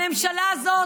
הממשלה הזאת,